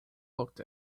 looked